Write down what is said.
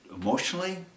emotionally